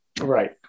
Right